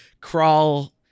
crawl